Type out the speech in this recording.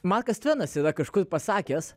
markas tvenas yra kažkur pasakęs